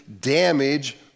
damage